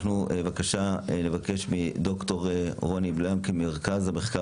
אנחנו נבקש מד"ר רוני בלנק ממרכז המחקר